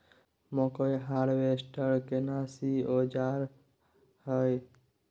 मकई हारवेस्टर केना सी औजार हय?